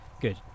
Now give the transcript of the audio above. Good